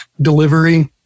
delivery